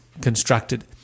constructed